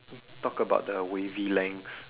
talk about the wavy lengths